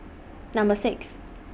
Number six